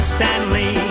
Stanley